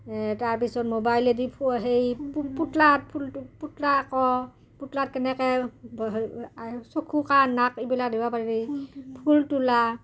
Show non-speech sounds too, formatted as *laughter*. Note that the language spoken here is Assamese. তাৰপিছত মোবাইলেদি *unintelligible* পুতলাত কেনেকে চকু কাণ নাক এইবিলাক *unintelligible* ফুল তোলা